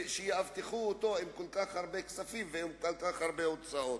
שיאבטחו אותו בכל כך הרבה כספים ובכל כך הרבה הוצאות?